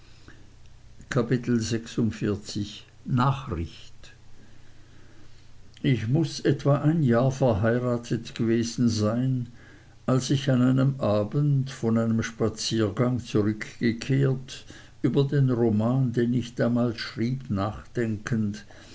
kapitel nachricht ich muß etwa ein jahr verheiratet gewesen sein als ich an einem abend von einem spaziergang zurückgekehrt über den roman den ich damals schrieb nachdenkend